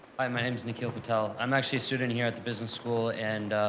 hi, my name is nikhil patel. i'm actually a student here at the business school, and,